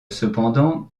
cependant